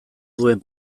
duen